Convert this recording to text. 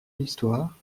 l’histoire